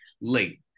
late